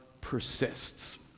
persists